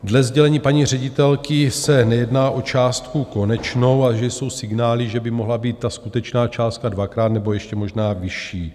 Dle sdělení paní ředitelky se nejedná o částku konečnou a že jsou signály, že by mohla být ta skutečná částka dvakrát nebo ještě možná vyšší.